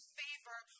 favor